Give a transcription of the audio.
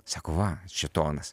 sako va šėtonas